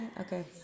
okay